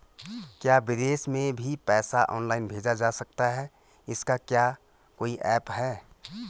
क्या विदेश में भी पैसा ऑनलाइन भेजा जा सकता है इसका क्या कोई ऐप है?